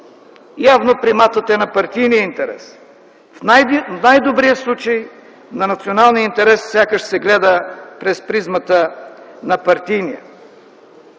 Явно приматът е на партийния интерес, в най-добрия случай на националния интерес сякаш се гледа през призмата на партийния.